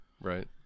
Right